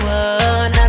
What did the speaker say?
one